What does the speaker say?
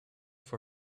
for